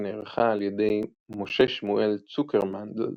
שנערכה על ידי משה שמואל צוקרמנדל,